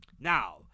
Now